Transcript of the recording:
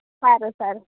સારું સારું